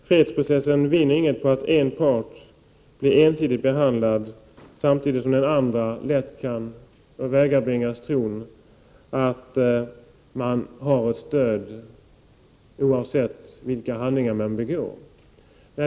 Fredsprocessen vinner ingenting på att en part blir ensidigt behandlad samtidigt som den andra lätt kan bibringas tron att den får stöd vilka handlingar som än begås.